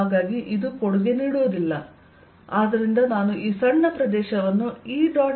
ಹಾಗಾಗಿ ಇದು ಕೊಡುಗೆ ನೀಡುವುದಿಲ್ಲ ಆದ್ದರಿಂದ ನಾನು ಈ ಸಣ್ಣ ಪ್ರದೇಶವನ್ನು E